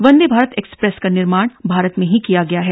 वंदे Bharat express का निर्माण भारत में ही किया गया है